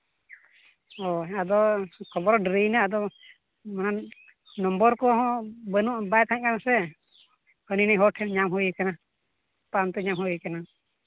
ᱦᱳᱭ ᱟᱫᱚ ᱠᱷᱚᱵᱚᱨ ᱰᱮᱨᱤᱭᱮᱱᱟ ᱟᱫᱚ ᱢᱟᱱᱮ ᱱᱚᱢᱵᱚᱨ ᱠᱚᱦᱚᱸ ᱵᱟᱹᱱᱩᱜ ᱵᱟᱭ ᱛᱟᱦᱮᱸ ᱠᱟᱱᱟ ᱥᱮ ᱦᱟᱹᱱᱤᱼᱱᱟᱹᱭ ᱦᱚᱲ ᱴᱷᱮᱱ ᱧᱟᱢ ᱦᱳᱭ ᱠᱟᱱᱟ ᱯᱟᱱᱛᱮ ᱧᱟᱢ ᱦᱳᱭ ᱠᱟᱱᱟ